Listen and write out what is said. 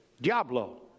diablo